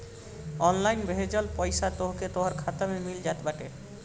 online भेजल पईसा तोहके तोहर खाता में मिल जात बाटे